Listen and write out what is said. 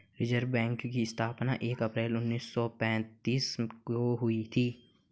reserve bank की स्थापना एक अप्रैल उन्नीस सौ पेंतीस को हुई थी